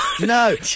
No